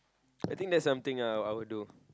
I think that's something I I would do